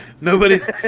Nobody's